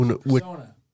Persona